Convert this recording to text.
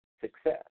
success